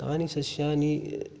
तानि सस्यानि